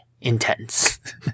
intense